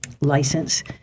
License